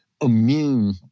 immune